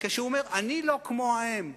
כשהוא אומר: אני לא כמו ההם.